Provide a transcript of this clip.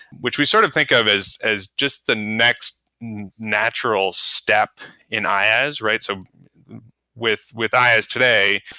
which we sort of think of as as just the next natural step in iaas, right? so with with iaas today,